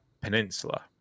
Peninsula